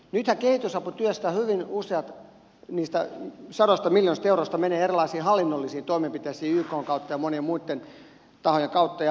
nythän kehitysaputyössä hyvin useat niistä sadoista miljoonista euroista menevät erilaisiin hallinnollisiin toimenpiteisiin ykn kautta ja monien muitten tahojen kautta